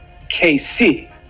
KC